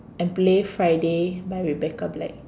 and play Friday by Rebecca Black